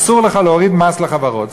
אסור לך להוריד מס לחברות.